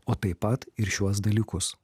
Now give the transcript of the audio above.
o taip pat ir šiuos dalykus